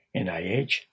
NIH